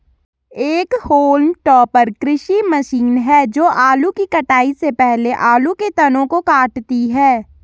एक haulm topper कृषि मशीन है जो आलू की कटाई से पहले आलू के तनों को काटती है